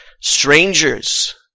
Strangers